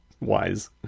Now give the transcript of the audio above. wise